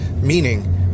meaning